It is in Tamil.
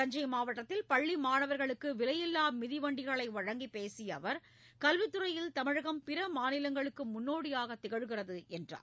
தஞ்சை மாவட்டத்தில் பள்ளி மாணவர்களுக்கு விலையில்லா மிதிவண்டிகளை வழங்கிப் பேசிய அவர் கல்வித்துறையில் தமிழகம் பிற மாநிலங்களுக்கு முன்னோடியாகத் திகழ்கிறது என்றார்